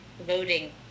voting